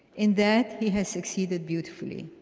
in that, he has succeeded beautifully.